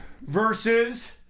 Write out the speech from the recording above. versus